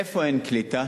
איפה אין קליטה?